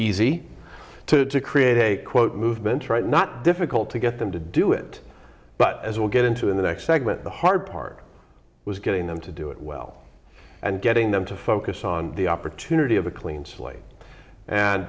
easy to create a quote movement right not difficult to get them to do it but as we'll get into in the next segment the hard part was getting them to do it well and getting them to focus on the opportunity of a clean slate and